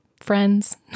friends